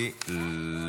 שמיני עצרת התשפ"ד (7 באוקטובר 2023),